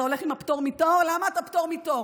אתה הולך עם הפטור מתור, למה אתה פטור מתור?